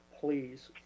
please